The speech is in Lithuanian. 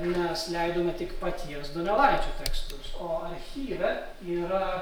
mes leidome tik paties donelaičio teksts o archyve yra